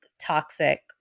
toxic